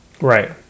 Right